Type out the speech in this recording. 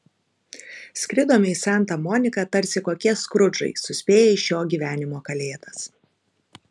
skridome į santa moniką tarsi kokie skrudžai suspėję į šio gyvenimo kalėdas